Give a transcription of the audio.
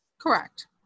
Correct